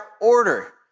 order